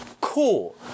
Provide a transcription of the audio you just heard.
Cool